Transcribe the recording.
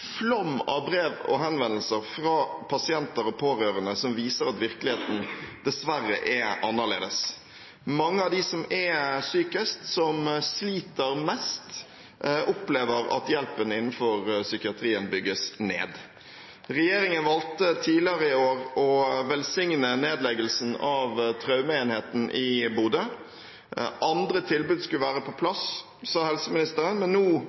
flom av brev og henvendelser fra pasienter og pårørende som viser at virkeligheten dessverre er annerledes. Mange av dem som er sykest, som sliter mest, opplever at hjelpen innenfor psykiatrien bygges ned. Regjeringen valgte tidligere i år å velsigne nedleggelsen av traumeenheten i Bodø. Andre tilbud skulle være på plass, sa helseministeren, men nå,